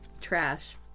trash